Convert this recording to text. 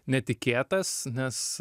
netikėtas nes